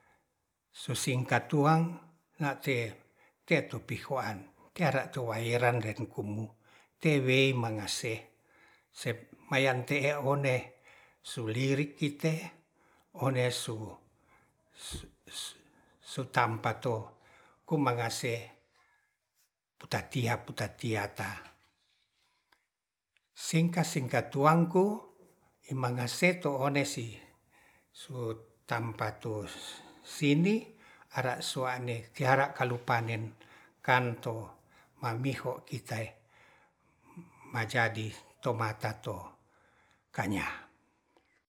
Susingkat tuang nga'te tetupihoan tera to wairan re tewei mangase sep mayang te'e ondei sulirik kite one su-su-sutampa to kumangase putatiat-putatiata singka-singka tuangku imangase to onesi su tampa tu sini ara sua'ne tiara kalu panen kan to mambiho kite e majadi tomatato kanya